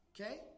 Okay